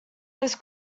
this